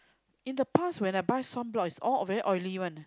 in the past when I buy sunblock it's all very oily one